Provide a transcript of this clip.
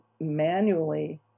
manually